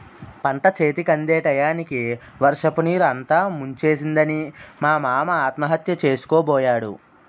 పంటచేతికందే టయానికి వర్షపునీరు అంతా ముంచేసిందని మా మామ ఆత్మహత్య సేసుకోబోయాడు